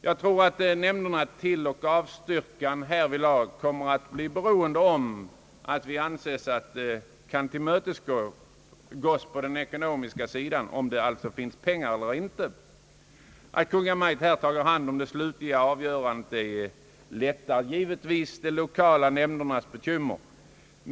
Jag tror att nämndernas tilloch avstyrkan härvidlag kommer att bli beroende av om ansökningarna anses kunna tillmötesgås på den ekonomiska sidan, alltså om det finns pengar eller inte. Att Kungl. Maj:t här har hand om det slutliga avgörandet lättar givetvis de lokala nämndernas bekymmer.